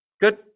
Good